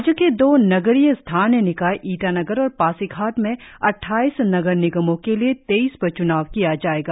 राज्य की दो नगरीय स्थानीय निकाय ईटानगर और पासीघाट में अट्ठाईस नगर निगमों के लिए तेईस पर च्नाव किया जाएगा